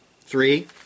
Three